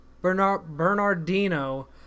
Bernardino